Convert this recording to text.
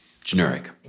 Generic